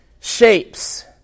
shapes